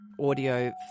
audio